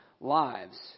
lives